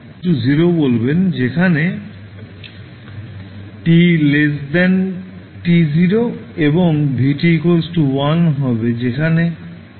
আপনি v 0 বলবেন যেখানে t t0 এবং v 1 হবে যেখানে t t0